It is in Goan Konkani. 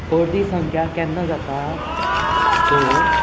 अर्दी संख्या केन्ना जाता तर